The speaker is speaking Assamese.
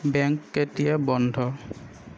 বেংক কেতিয়া বন্ধ